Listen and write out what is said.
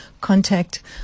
contact